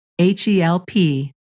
H-E-L-P